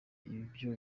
ibyo